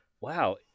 wow